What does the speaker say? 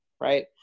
right